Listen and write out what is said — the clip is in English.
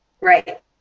Right